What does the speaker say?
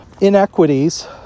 inequities